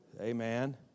Amen